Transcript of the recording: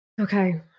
okay